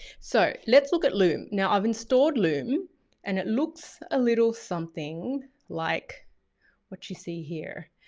so let's look at loom now. i've installed loom and it looks a little something like what you see here.